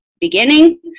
beginning